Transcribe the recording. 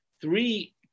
three